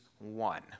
one